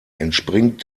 entspringt